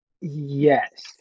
Yes